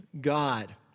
God